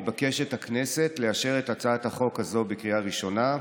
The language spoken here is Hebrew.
מתבקשת הכנסת לאשר את הצעת החוק הזו בקריאה ראשונה,